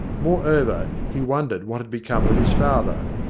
moreover, he won dered what had become of his father.